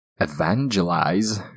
Evangelize